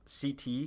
CT